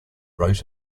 wrote